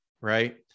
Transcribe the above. right